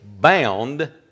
bound